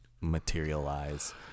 materialize